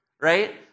right